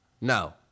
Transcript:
No